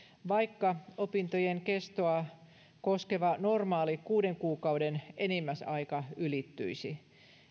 vaikka opintojen kestoa koskeva normaali kuuden kuukauden enimmäisaika ylittyisi